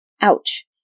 Ouch